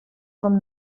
from